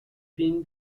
been